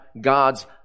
God's